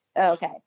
Okay